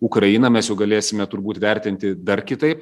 ukrainą mes jau galėsime turbūt vertinti dar kitaip